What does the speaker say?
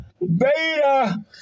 Beta